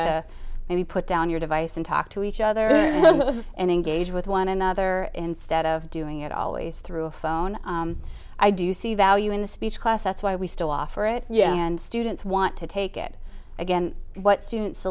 we put down your device and talk to each other and engage with one another instead of doing it always through a phone i do see value in the speech class that's why we still offer it and students want to take it again what students